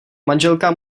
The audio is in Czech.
manželka